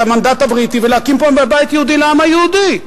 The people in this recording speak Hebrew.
את המנדט הבריטי ולהקים פה בית יהודי לעם היהודי,